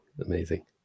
amazing